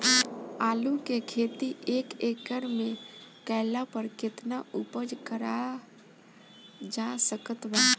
आलू के खेती एक एकड़ मे कैला पर केतना उपज कराल जा सकत बा?